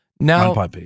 Now